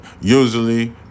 usually